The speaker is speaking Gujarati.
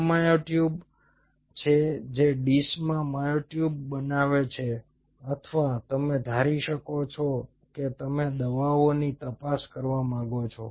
આ મ્યોટ્યુબ છે જે ડીશમાં મ્યોટ્યુબ બનાવે છે અથવા તમે ધારી શકો છો કે તમે દવાઓની તપાસ કરવા માંગો છો